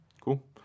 cool